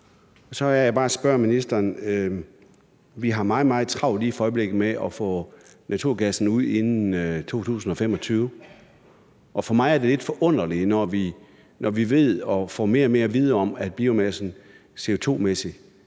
har. Vi har lige i øjeblikket meget, meget travlt med at få udfaset naturgassen inden 2025. For mig er det lidt forunderligt, når vi ved og får mere og mere at vide om, at biomassen CO2-mæssigt